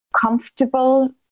comfortable